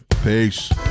Peace